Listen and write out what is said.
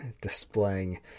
displaying